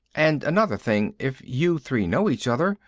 and another thing. if you three know each other,